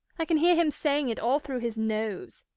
i can hear him saying it all through his nose.